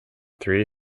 three